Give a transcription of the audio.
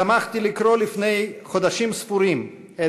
שמחתי לקרוא לפני חודשים ספורים את